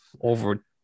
over